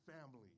family